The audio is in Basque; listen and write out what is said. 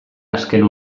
azken